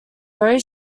very